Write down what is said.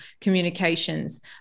communications